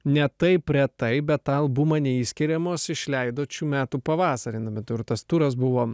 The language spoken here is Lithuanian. ne taip retai bet tą albumą neišskiriamos išleidot šių metų pavasarį na bent jau ir tas turas buvo